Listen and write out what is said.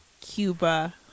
cuba